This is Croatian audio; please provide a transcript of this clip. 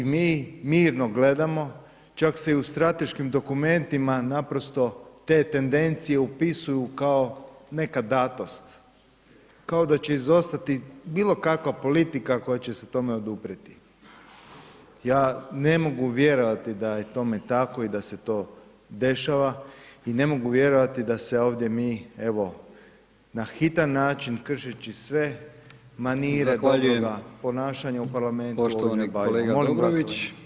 I mi mirno gledamo čak se i u strateškim dokumentima naprosto te tendencije upisuju kao neka datost, kao da će izostati bilo kakva politika koja će se tome oduprijeti, ja ne mogu vjerovati da je tome tako i da se to dešava i ne mogu vjerovati da se ovdje mi evo na hitan način, kršeći sve manire dobroga ponašanja u parlamentu [[Upadica: Zahvaljujem poštovani kolega Dobrović.]] molim glasovanje.